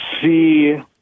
see